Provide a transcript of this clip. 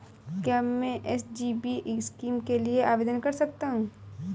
क्या मैं SGB scheme के लिए आवेदन कर सकता हूँ?